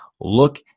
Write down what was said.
look